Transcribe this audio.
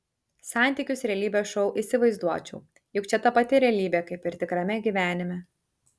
santykius realybės šou įsivaizduočiau juk čia ta pati realybė kaip ir tikrame gyvenime